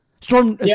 Storm